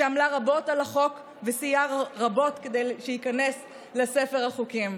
שעמלה רבות על החוק וסייעה רבות כדי שייכנס לספר החוקים.